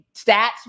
stats